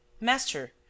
Master